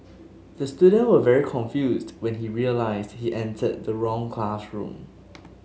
the student was very confused when he realised he entered the wrong classroom